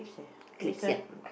clips yup